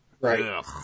Right